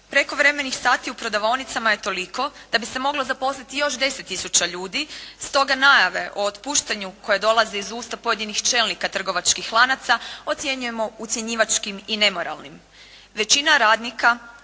Prekovremeni sati u prodavaonicama je toliko da bi se moglo zaposliti još 10 tisuća ljudi. Stoga najave o otpuštanju koje dolaze iz usta pojedinih čelnika trgovačkih lanaca, ocjenjujemo ocjenivačkim i nemoralnim. Većina radnika